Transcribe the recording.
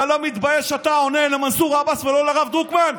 אתה לא מתבייש שאתה עונה למנסור עבאס ולא לרב דרוקמן?